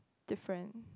different